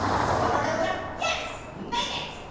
oh, one more, double jump! yes, made it!